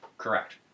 Correct